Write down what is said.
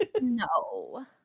No